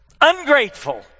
ungrateful